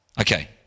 Okay